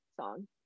song